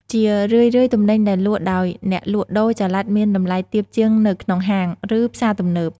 ជារឿយៗ ទំនិញដែលលក់ដោយអ្នកលក់ដូរចល័តមានតម្លៃទាបជាងនៅក្នុងហាង ឬផ្សារទំនើប។